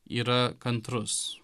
yra kantrus